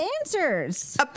answers